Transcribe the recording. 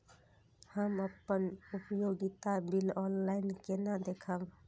हम अपन उपयोगिता बिल ऑनलाइन केना देखब?